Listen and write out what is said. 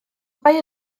mae